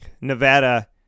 Nevada